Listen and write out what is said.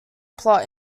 plot